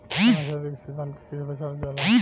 ताना छेदक से धान के कइसे बचावल जाला?